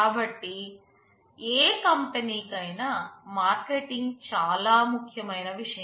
కాబట్టి ఏ కంపెనీకైనా మార్కెటింగ్ చాలా ముఖ్యమైన విషయం